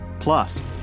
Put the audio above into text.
Plus